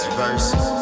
verses